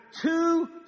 two